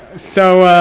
so.